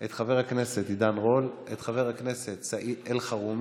את חבר הכנסת עידן רול, את חבר הכנסת סעיד אלחרומי